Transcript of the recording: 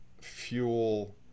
fuel